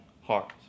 heart